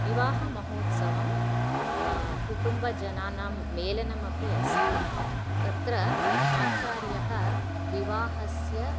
विवाहमहोत्सवः कुटुम्बजनानां मेलनमपि अस्ति तत्र आचार्यः विवाहस्य